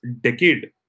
decade